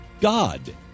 God